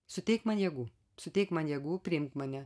suteik man jėgų suteik man jėgų priimk mane